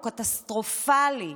הוא קטסטרופלי.